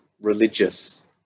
religious